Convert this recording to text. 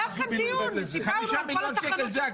היה כאן דיון, דיברנו על כל התחנות.